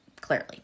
clearly